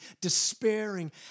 despairing